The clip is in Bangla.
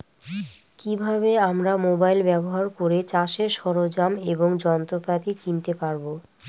কি ভাবে আমরা মোবাইল ব্যাবহার করে চাষের সরঞ্জাম এবং যন্ত্রপাতি কিনতে পারবো?